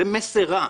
זה מסר רע.